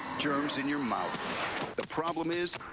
germs in your mouth the problem is,